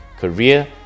career